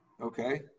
Okay